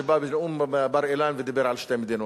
שבא לנאום בבר-אילן ודיבר על שתי מדינות,